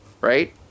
right